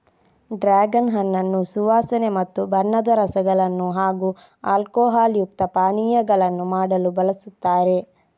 dragon ಹಣ್ಣನ್ನು ಸುವಾಸನೆ ಮತ್ತು ಬಣ್ಣದ ರಸಗಳನ್ನು ಹಾಗೂ ಆಲ್ಕೋಹಾಲ್ ಯುಕ್ತ ಪಾನೀಯಗಳನ್ನು ಮಾಡಲು ಬಳಸುತ್ತಾರೆ